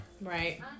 Right